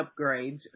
upgrades